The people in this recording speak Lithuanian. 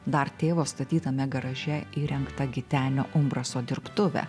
dar tėvo statytame garaže įrengtą gitenio umbraso dirbtuvę